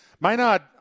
Maynard